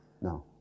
No